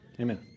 amen